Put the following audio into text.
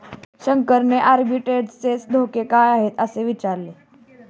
शंकरने आर्बिट्रेजचे धोके काय आहेत, असे विचारले